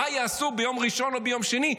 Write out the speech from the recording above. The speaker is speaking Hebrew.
מה יעשו ביום ראשון או ביום שני,